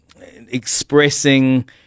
expressing